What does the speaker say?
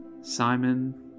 Simon